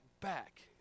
back